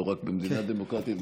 לא רק במדינה דמוקרטית,